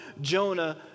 Jonah